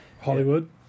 Hollywood